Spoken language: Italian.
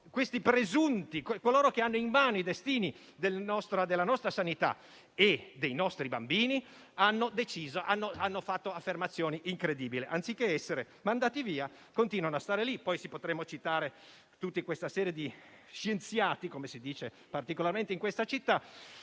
e mal tradotta, coloro che hanno in mano i destini della nostra sanità e dei nostri bambini hanno fatto affermazioni incredibili e, anziché essere mandati via, continuano a stare lì. Potremmo poi citare tutta la serie di scienziati, come si dice particolarmente in questa città,